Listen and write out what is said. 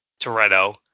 Toretto